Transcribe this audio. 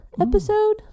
episode